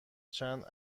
چند